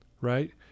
right